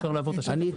בוקר טוב.